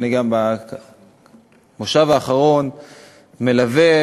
אני גם במושב האחרון מלווה,